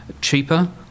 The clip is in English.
cheaper